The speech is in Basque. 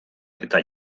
eta